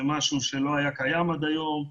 זה משהו שלא היה קיים עד היום,